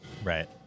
Right